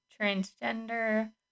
transgender